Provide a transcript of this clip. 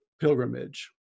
pilgrimage